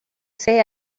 say